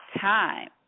time